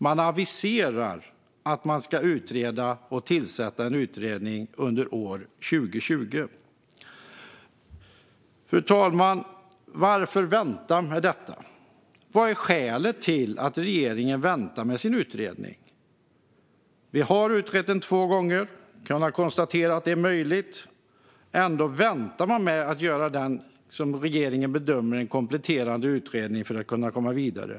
Man aviserar att man ska utreda detta och tillsätta en utredning under år 2020! Fru talman! Varför ska man vänta med detta? Vad är skälet till att regeringen väntar med sin utredning? Vi har utrett detta två gånger och har kunnat konstatera att det är möjligt. Ändå väntar man med att göra den kompletterande utredning som regeringen bedömer behövs för att man ska kunna komma vidare.